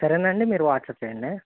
సరేనా అండి మీరు వాట్సప్ చెయ్యండి